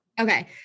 Okay